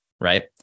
right